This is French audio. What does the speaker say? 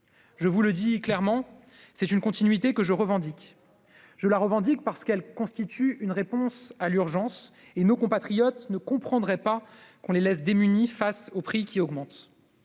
Je vous le dis clairement : c'est une continuité que je revendique. Je la revendique, parce qu'elle constitue une réponse à l'urgence et nos compatriotes ne comprendraient pas qu'on les laisse démunis face aux prix qui augmentent.